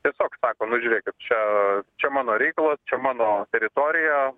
tiesiog sako nu žiūrėkit čia čia mano reikalas čia mano teritorija